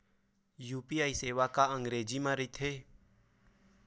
UPI सेवा का अंग्रेजी मा रहीथे?